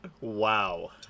Wow